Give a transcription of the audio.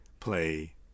play